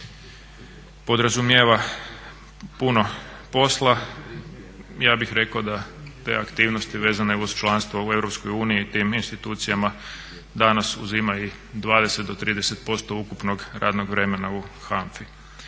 podrazumijeva puno posla. Ja bih rekao da te aktivnosti vezano uz članstvo u EU i tim institucijama danas uzima i 20 do 30% ukupnog radnog vremena u HANFA-i.